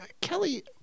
Kelly